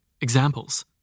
Examples